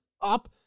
up